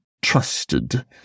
trusted